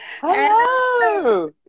Hello